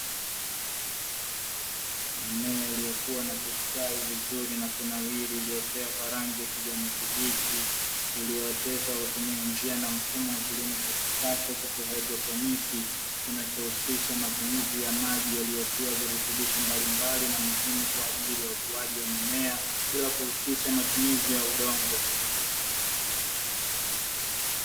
Mimea iliyokua vizuri na kustawi vizuri na kunawiri iliyopakwa rangi ya kijani kibichi, iliyooteshwa kwa kutumia njia na mfumo wa kilimo cha kisasa wa kihaidroponiki, kinachohusisha matumizi ya maji yaliyotiwa virutubisho mbalimbali na muhimu kwa ajili ya ukuaji wa mimea bila kuhusisha matumizi ya udongo.